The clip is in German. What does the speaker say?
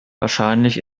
wahrscheinlich